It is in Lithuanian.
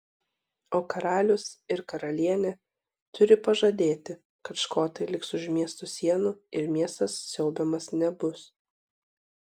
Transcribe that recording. o karalius ir karalienė turi pažadėti kad škotai liks už miesto sienų ir miestas siaubiamas nebus